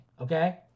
Okay